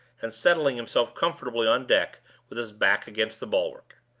and settling himself comfortably on deck with his back against the bulwark.